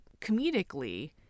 comedically